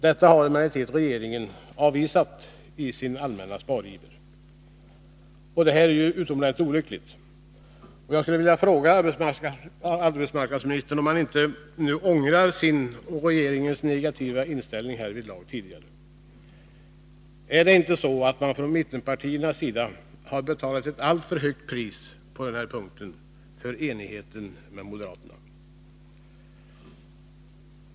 Detta har emellertid regeringen avvisat i sin allmänna spariver, och det är utomordentligt olyckligt. Jag skulle vilja fråga arbetsmarknadsministern om han inte nu ångrar sin och regeringens tidigare negativa inställning härvidlag. Är det inte så att man från mittenpartiernas sida har betalat ett alltför högt pris på denna punkt för enigheten med moderaterna?